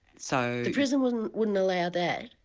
so the prison wouldn't wouldn't allow that.